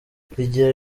rigira